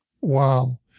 wow